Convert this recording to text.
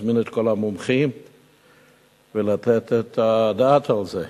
להזמין את כל המומחים ולתת את הדעת על זה.